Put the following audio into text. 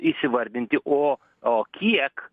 įsivardinti o o kiek